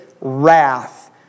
wrath